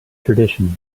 tradition